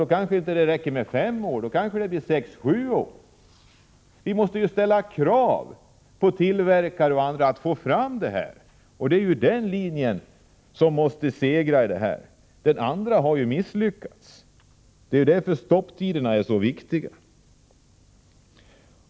Då kanske det inte räcker med fem år, utan det kanske blir sex sju år. Vi måste ställa krav på tillverkare och andra för att få fram detta. Det är den linjen som måste segra. Den andra har misslyckats. Det är därför som stopptiderna är så viktiga.